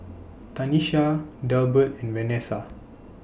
Tanesha Delbert and Vanessa